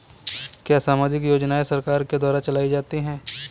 क्या सामाजिक योजनाएँ सरकार के द्वारा चलाई जाती हैं?